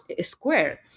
square